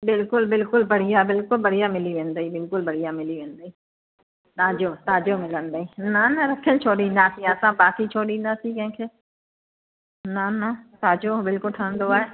बिल्कुलु बिल्कुलु बढ़िया बिल्कुलु बढ़िया मिली वेंदी बिल्कुलु बढ़िया मिली वेंदी ताज़ो ताज़ो मिलंदो न न रखियलु छो ॾींदासीं असां बाक़ी छो ॾींदासीं कंहिंखे न न ताज़ो बिल्कुलु ठहंदो आहे